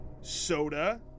soda